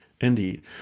indeed